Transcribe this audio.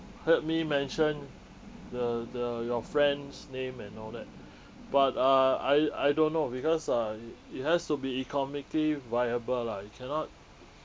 heard me mention the the your friend's name and all that but uh I I don't know because uh i~ it has to be economically viable lah it cannot